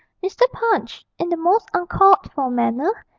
mr. punch, in the most uncalled-for manner,